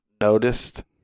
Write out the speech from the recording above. noticed